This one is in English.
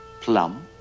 Plum